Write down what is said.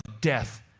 death